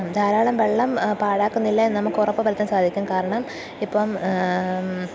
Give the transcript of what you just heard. ധാരാളം വെള്ളം പാഴാക്കുന്നില്ല എന്നു നമുക്ക് ഉറപ്പുവരുത്താൻ സാധിക്കും കാരണം ഇപ്പോള്